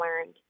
learned